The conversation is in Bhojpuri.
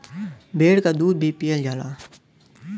भेड़ क दूध भी पियल जाला